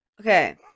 Okay